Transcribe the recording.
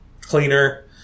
cleaner